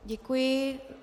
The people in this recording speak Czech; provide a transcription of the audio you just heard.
Děkuji.